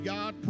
God